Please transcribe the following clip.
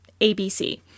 ABC